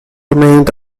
remained